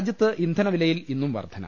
രാജ്യത്ത് ഇന്ധനവിലയിൽ ഇന്നും വർധന